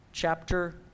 Chapter